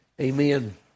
Amen